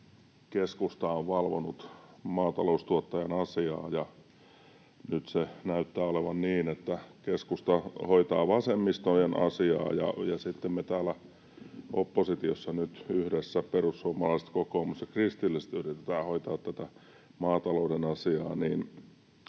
keskusta on valvonut maataloustuottajan asiaa, ja nyt se näyttää olevan niin, että keskusta hoitaa vasemmiston asiaa ja sitten me täällä oppositiossa nyt yhdessä — perussuomalaiset, kokoomus ja kristilliset — yritetään hoitaa tätä maatalouden asiaa.